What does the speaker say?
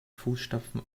fußstapfen